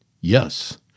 yes